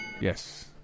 Yes